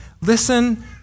Listen